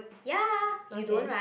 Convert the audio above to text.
ya you don't right